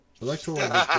electoral